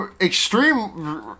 extreme